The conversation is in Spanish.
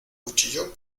cuchillo